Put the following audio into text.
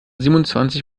siebenundzwanzig